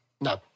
No